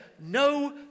no